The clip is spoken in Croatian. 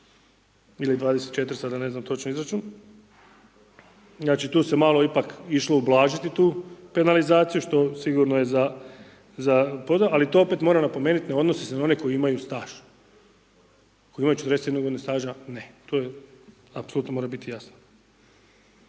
ili 24, sada ne znam točno izračun znači tu se ipak malo išlo ublažiti tu penalizaciju što sigurno je za, ali to opet moram napomenut ne odnosi se na koji imaju staž, koji imaju 41 godinu staža ne, to apsolutno mora biti jasno.